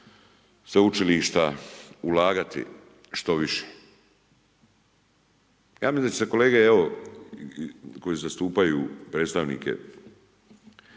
sveučilišta, ulagati što više. Ja mislim da će se kolege evo koji zastupaju predstavnike